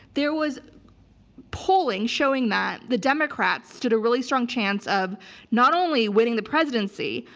there was polling showing that the democrats stood a really strong chance of not only winning the presidency,